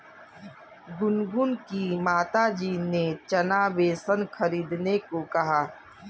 गुनगुन की माताजी ने चना बेसन खरीदने को कहा